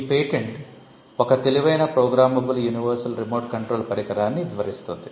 ఈ పేటెంట్ ఒక తెలివైన ప్రోగ్రామబుల్ యూనివర్సల్ రిమోట్ కంట్రోల్ పరికరాన్ని వివరిస్తుంది